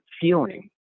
feeling